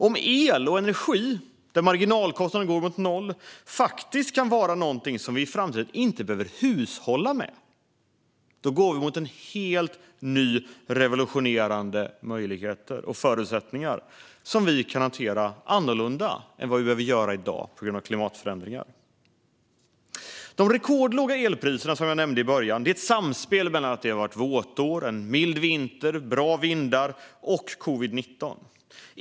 Om el och energi med en marginalkostnad som går mot noll kan vara något som vi i framtiden inte behöver hushålla med går vi mot helt nya, revolutionerande möjligheter och förutsättningar som vi kan hantera annorlunda än vi behöver göra i dag på grund av klimatförändringar. De rekordlåga elpriser som jag nämnde i början har sin grund i ett samspel mellan det våtår som har varit, en mild vinter, bra vindar och covid-19.